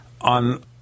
on